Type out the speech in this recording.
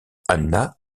anna